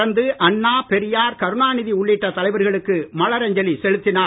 தொடர்ந்து அண்ணா பெரியார் கருணாநிதி உள்ளிட்ட தலைவர்களுக்கு மலரஞ்சலி செலுத்தினார்